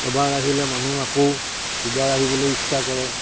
এবাৰ আহিলে মানুহ আকৌ দুবাৰ আহিবলৈ ইচ্ছা কৰে